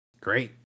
Great